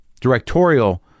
directorial